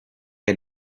had